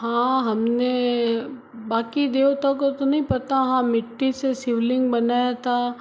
हाँ हमने बाकी देवताओं का तो नहीं पता हाँ मिट्टी से शिवलिंग बनाया था